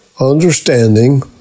understanding